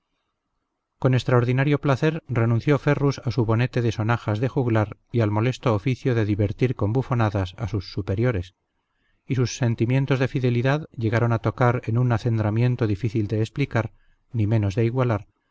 con extraordinario placer renunció ferrus a su bonete de sonajas de juglar y al molesto oficio de divertir con bufonadas a sus superiores y sus sentimientos de fidelidad llegaron a tocar en un acendramiento difícil de explicar ni menos de igualar